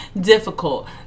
difficult